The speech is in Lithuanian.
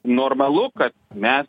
normalu kad mes